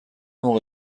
موقع